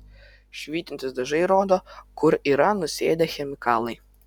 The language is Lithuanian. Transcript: švytintys dažai rodo kur yra nusėdę chemikalai